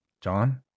John